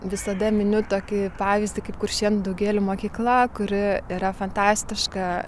visada miniu tokį pavyzdį kaip kuršėnų daugėlių mokykla kuri yra fantastiška